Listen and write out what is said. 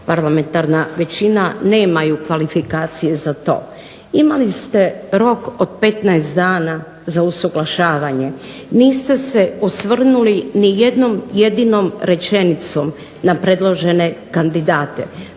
parlamentarna većina nemaju kvalifikacije za to. Imali ste rok od 15 dana za usuglašavanje. Niste se osvrnuli ni jednom jedinom rečenicom na predložene kandidate.